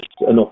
enough